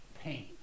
pain